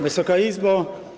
Wysoka Izbo!